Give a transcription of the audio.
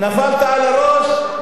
נפלת על הראש?